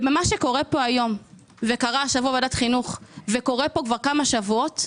ומה שקורה פה היום וקרה השבוע בוועדת חינוך וקורה פה כבר כמה שבועות,